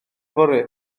fory